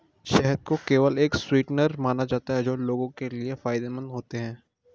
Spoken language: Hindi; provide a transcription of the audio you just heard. शहद को केवल एक स्वीटनर माना जाता था जो लोगों के लिए फायदेमंद होते हैं